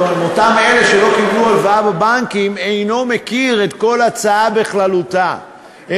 אלה שלא קיבלו הלוואה בבנקים אינו מכיר את ההצעה בכללותה,